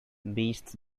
beasts